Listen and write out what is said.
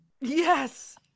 Yes